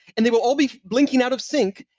and they will all be blinking out of sync.